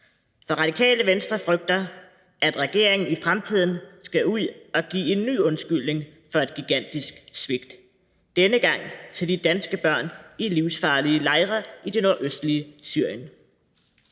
Radikale Venstre frygter, at regeringen i fremtiden skal ud at give en ny undskyldning for et gigantisk svigt – denne gang til de danske børn i livsfarlige lejre i det nordøstlige Syrien.